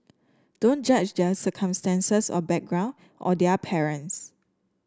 don't judge their circumstances or background or their parents